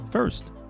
First